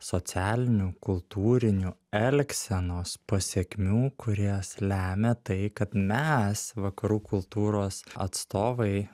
socialinių kultūrinių elgsenos pasekmių kurias lemia tai kad mes vakarų kultūros atstovai